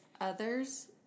others